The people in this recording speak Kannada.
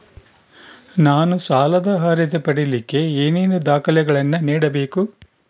ನಾನು ಸಾಲದ ಅರ್ಹತೆ ಪಡಿಲಿಕ್ಕೆ ಏನೇನು ದಾಖಲೆಗಳನ್ನ ನೇಡಬೇಕು?